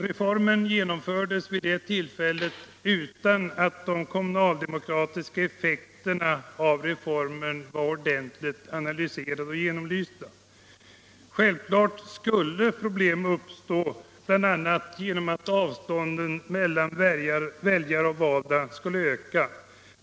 Reformen genomfördes vid det tillfället utan att de kommunaldemokratiska effekterna av den var ordentligt analyserade och genomlysta. Självfallet skulle problem uppstå, bl.a. genom att avståndet mellan väljare och valda skulle öka.